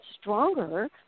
stronger